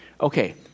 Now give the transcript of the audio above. Okay